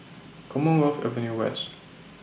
Commonwealth Avenue West